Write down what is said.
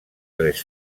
tres